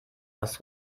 was